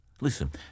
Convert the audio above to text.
Listen